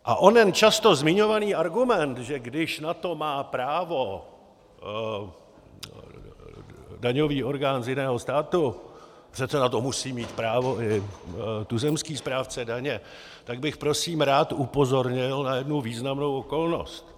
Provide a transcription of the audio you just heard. A onen často zmiňovaný argument, že když na to má právo daňový orgán z jiného státu, přece na to musí mít právo i tuzemský správce daně, tak bych prosím rád upozornil na jednu významnou okolnost.